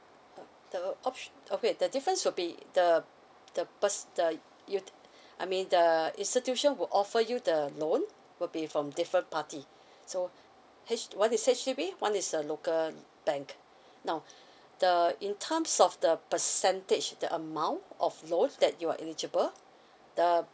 the op~ okay the difference will be the the pers~ the you I mean the institution will offer you the loan will be from different party so H one is H_D_B one is the local bank now the in terms of the percentage the amount of loan that you are eligible the